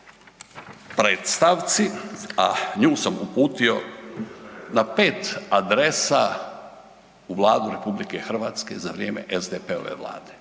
predstavci, a nju sam uputio na pet adresa u Vladu RH za vrijeme SDP-ove vlade.